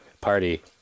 party